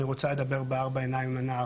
אני רוצה לדבר בארבע עיניים עם הנער,